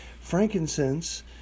Frankincense